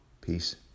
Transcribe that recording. Peace